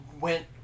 went